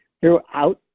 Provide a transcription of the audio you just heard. throughout